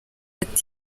ati